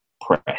press